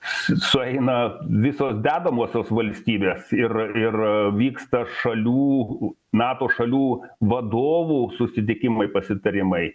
sueina visos dedamosios valstybės ir ir vyksta šalių nato šalių vadovų susitikimai pasitarimai